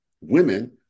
women